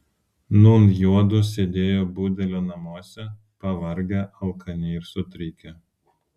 nūn juodu sėdėjo budelio namuose pavargę alkani ir sutrikę